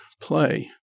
play